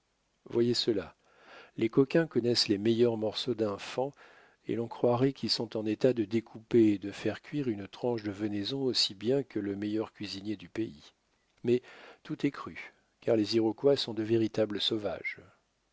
voyez cela les coquins connaissent les meilleurs morceaux d'un faon et l'on croirait qu'ils sont en état de découper et de faire cuire une tranche de venaison aussi bien que le meilleur cuisinier du pays mais tout est cru car les iroquois sont de véritables sauvages